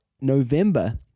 November